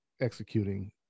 executing